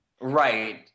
right